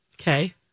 okay